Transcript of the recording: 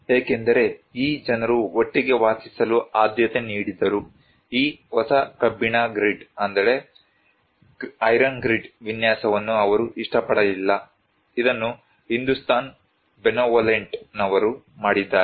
ಏಕೆಂದರೆ ಈ ಜನರು ಒಟ್ಟಿಗೆ ವಾಸಿಸಲು ಆದ್ಯತೆ ನೀಡಿದರು ಈ ಹೊಸ ಕಬ್ಬಿಣ ಗ್ರಿಡ್ ವಿನ್ಯಾಸವನ್ನು ಅವರು ಇಷ್ಟಪಡಲಿಲ್ಲ ಇದನ್ನು ಹಿಂದೂಸ್ತಾನ್ ಬೆನೆವೊಲೆಂಟನವರು ಮಾಡಿದ್ದಾರೆ